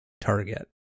target